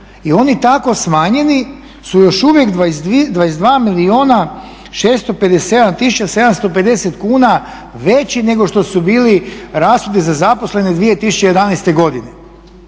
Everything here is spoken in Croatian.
i oni tako smanjeni su još uvijek 22 milijuna 657 tisuća 750 kuna veći nego što su bili rashodi za zaposlene 2011.godine.